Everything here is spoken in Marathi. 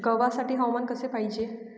गव्हासाठी हवामान कसे पाहिजे?